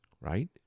right